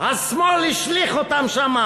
השמאל השליך אותם שם,